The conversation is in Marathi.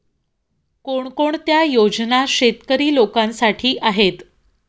कोणकोणत्या योजना शेतकरी लोकांसाठी आहेत?